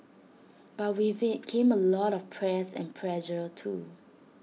but with IT came A lot of press and pressure too